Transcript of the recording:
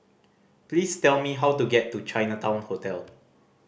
please tell me how to get to Chinatown Hotel